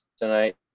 tonight